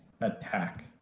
attack